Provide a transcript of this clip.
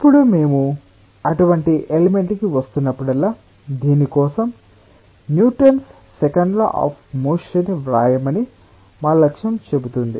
ఇప్పుడు మేము అటువంటి ఎలిమెంట్ కి వస్తున్నప్పుడల్లా దీని కోసం Newton's second law of motion ని వ్రాయమని మా లక్ష్యం చెబుతుంది